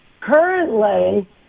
Currently